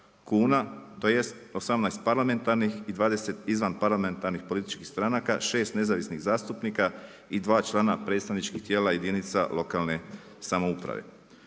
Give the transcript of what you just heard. kuna, tj. 18 parlamentarnih i 20 izvan parlamentarnih političkih stranaka, 6 nezavisnih zastupnika i 2 člana predstavničkih tijela jedinica lokalne samouprave.